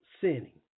sinning